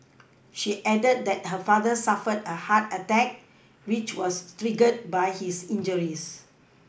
she added that her father suffered a heart attack which was triggered by his injuries